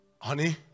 honey